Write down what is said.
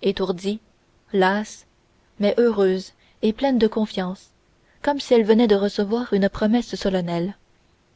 étourdie lasse mais heureuse et pleine de confiance comme si elle venait de recevoir une promesse solennelle